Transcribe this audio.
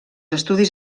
estudis